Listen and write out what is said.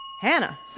Hannah